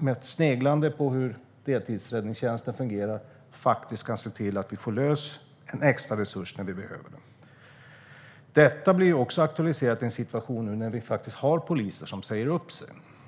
med ett sneglande på hur deltidsräddningstjänsten fungerar kan man kanske få loss extra resurser när det behövs. Detta aktualiseras i en situation när vi har poliser som säger upp sig.